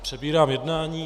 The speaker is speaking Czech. Přebírám jednání.